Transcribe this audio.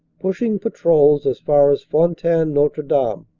pushing patrols as far as fontaine-notre-dame.